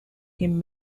him